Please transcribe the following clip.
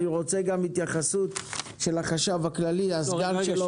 אני רוצה גם התייחסות של החשב הכללי, הסגן שלו פה.